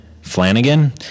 Flanagan